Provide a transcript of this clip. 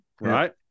Right